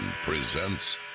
presents